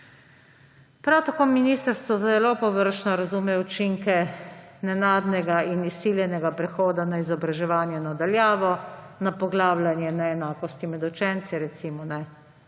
Prav tako ministrstvo zelo površno razume učinke nenadnega in izsiljenega prehoda na izobraževanje na daljavo, na poglabljanje neenakosti med učenci – recimo,